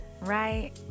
right